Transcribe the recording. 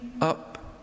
up